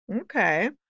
Okay